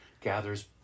gathers